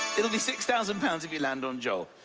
it'll be six thousand pounds if you land on joel,